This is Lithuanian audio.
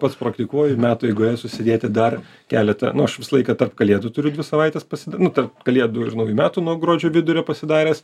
pats praktikuoju metų eigoje susidėti dar keletą nu aš visą laiką tarp kalėdų turiu dvi savaites pasida nu tarp kalėdų ir naujų metų nuo gruodžio vidurio pasidaręs